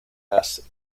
las